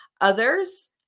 Others